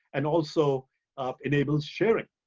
and also enables sharing.